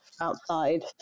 outside